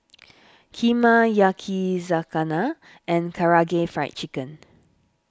Kheema Yakizakana and Karaage Fried Chicken